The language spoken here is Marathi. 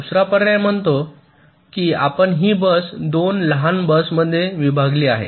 दुसरा पर्याय म्हणतो की आपण ही बस 2 लहान बसमध्ये विभागली आहे